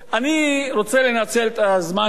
אני רוצה לנצל את הזמן שלי,